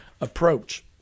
approach